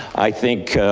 i think